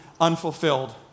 unfulfilled